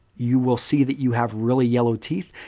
you will see that you have really yellow teeth.